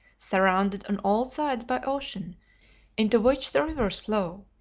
surrounded on all sides by ocean into which the rivers flow,